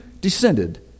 descended